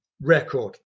record